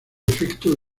efecto